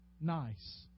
nice